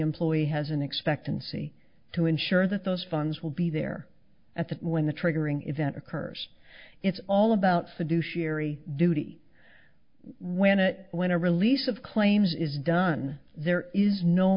employee has an expectancy to ensure that those funds will be there at that when the triggering event occurs it's all about fiduciary duty when it when a release of claims is done there is no